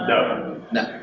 no.